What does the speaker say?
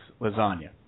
lasagna